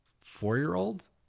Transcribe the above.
four-year-old